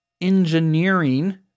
engineering